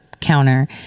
counter